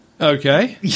Okay